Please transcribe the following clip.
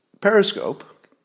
Periscope